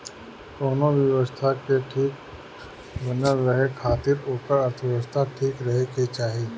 कवनो भी व्यवस्था के ठीक बनल रहे खातिर ओकर अर्थव्यवस्था ठीक रहे के चाही